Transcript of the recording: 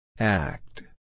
Act